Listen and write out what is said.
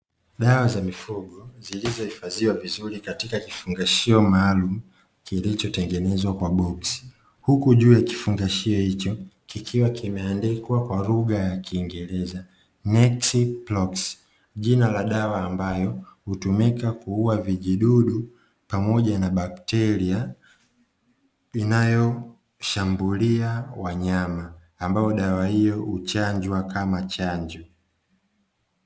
Dawa za mifugo zilizo hifadhiwa vizuri katika kifungashio maalumu kilicho tengenezwa kwa boksi. Huku juu ya kifungashio hicho kikiwa kimeandikwa kwa lugha ya kiingereza jina la dawa ambayo hutumika kua vijidudu pamoja na bakteria, inayo shambulia wanyama ambao dawa hio huchanjwa kama chanjo.